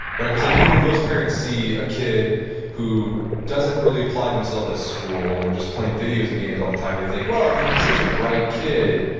right? because i think when most parents see a kid who doesn't really apply themselves at school, and they're just playing video games all the time, they think, well, yeah he's such a bright kid.